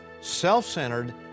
self-centered